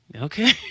Okay